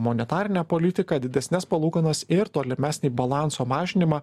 monetarinę politiką didesnes palūkanas ir tolimesnį balanso mažinimą